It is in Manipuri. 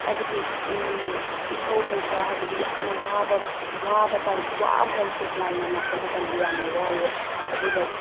ꯍꯥꯏꯕꯗꯤ ꯏꯁꯧ ꯀꯩꯀꯥ ꯍꯥꯏꯕꯗꯤ ꯌꯥꯝꯅ ꯋꯥꯕ ꯋꯥꯕ ꯋꯥꯕ ꯍꯥꯏꯕꯁꯦ ꯀ꯭ꯂꯥꯏꯟ ꯌꯥꯝꯅ ꯂꯥꯛꯄ ꯃꯇꯝꯗ ꯌꯥꯝꯅ ꯋꯥꯏꯑꯦ ꯑꯗꯨꯒ